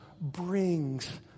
brings